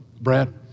Brad